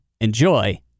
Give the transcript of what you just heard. Enjoy